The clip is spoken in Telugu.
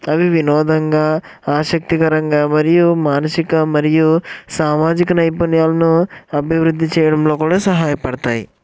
అవి వినోదంగా ఆసక్తికరంగా మరియు మానసిక మరియు సామాజిక నైపుణ్యాలను అభివృద్ధి చేయడంలో కూడా సహాయపడతాయి